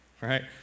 right